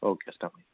okay stop